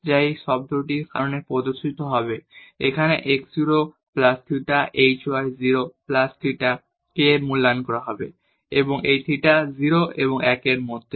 যা এই শব্দটির কারণে প্রদর্শিত হবে এখানে x 0 plus theta h y 0 plus theta k এ মূল্যায়ন করা হবে এবং এই থিটা 0 এবং 1 এর মধ্যে